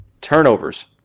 Turnovers